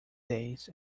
days